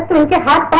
will get my